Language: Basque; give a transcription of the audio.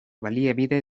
baliabide